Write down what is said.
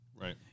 Right